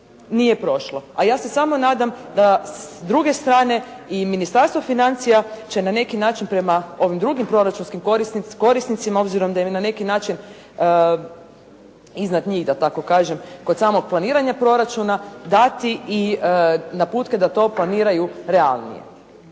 nije prošlo, a ja se samo nadam da s druge strane i Ministarstvo financija će na neki način prema ovim drugim proračunskim korisnicima obzirom da je na neki način iznad njih da tako kažem kod samog planiranja proračuna dati i naputke da to planiraju realnije.